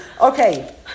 Okay